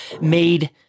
made